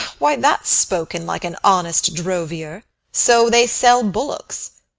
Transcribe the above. why, that's spoken like an honest drovier so they sell bullocks.